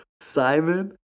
Simon